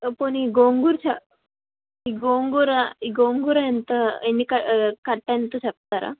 పోనీ గోంగూర చ ఈ గోంగూర ఈ గోంగూర ఎంత ఎన్ని క కట్టేంతో చెప్తారా